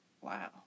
Wow